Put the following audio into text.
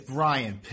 Brian